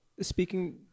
speaking